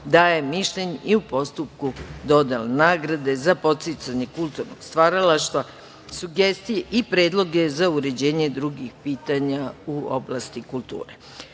daje mišljenje i postupku dodele nagrada za podsticanje kulturnog stvaralaštva, sugestije i predloge za uređenje drugih pitanja u oblasti kulture.